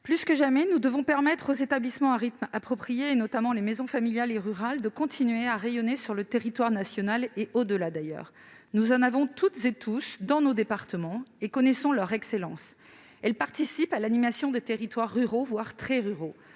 Plus que jamais, nous devons permettre aux établissements à rythme approprié, notamment les maisons familiales rurales (MFR), de continuer à rayonner sur le territoire national- et au-delà, d'ailleurs. Nous en avons tous dans nos départements et nous connaissons leur excellence. Ces établissements participent à l'animation des territoires ruraux, voire très ruraux,